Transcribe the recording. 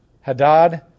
Hadad